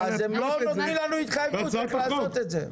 אז הם לא נותנים לנו התחייבות, צריך לעשות את זה.